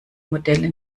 modelle